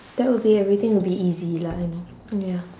that will be everything will be easy lah I know ya